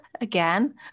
again